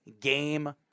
Game